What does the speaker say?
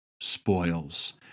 spoils